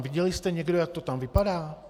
Viděl jste někdo, jak to tam vypadá?